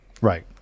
Right